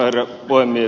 herra puhemies